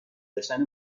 داشتن